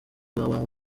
www